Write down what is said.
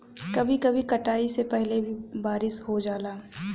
कभी कभी कटाई से पहिले भी बारिस हो जाला